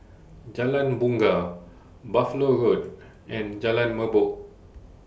Jalan Bungar Buffalo Road and Jalan Merbok